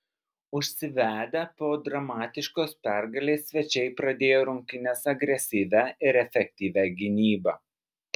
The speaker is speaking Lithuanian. užsivedę po dramatiškos pergalės svečiai pradėjo rungtynes agresyvia ir efektyvia gynyba